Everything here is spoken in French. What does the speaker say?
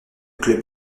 club